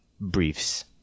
briefs